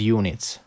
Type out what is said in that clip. units